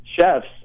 chefs